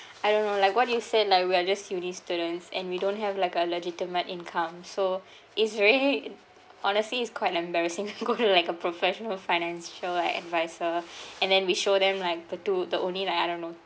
I don't know like what you said like we're just uni students and we don't have like a legitimate income so it's very honestly it's quite embarrassing go to like a professional financial advisor and then we show them like the two the only like I don't know